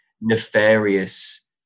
nefarious